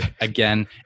again